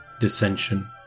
dissension